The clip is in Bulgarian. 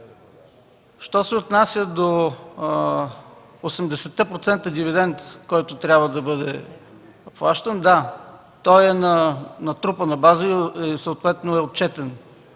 Що се отнася до 80-те процента дивидент, който трябва да бъде плащан, да, той е натрупан на база и съответно е отчетен